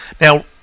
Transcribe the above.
Now